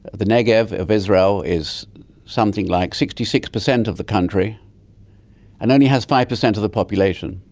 the negev of israel is something like sixty six percent of the country and only has five percent of the population.